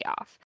off